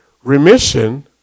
Remission